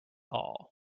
all